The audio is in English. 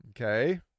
okay